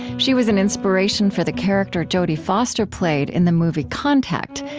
she was an inspiration for the character jodie foster played in the movie contact,